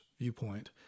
viewpoint